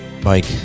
Mike